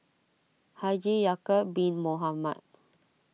Haji Ya'Acob Bin Mohamed